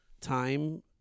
time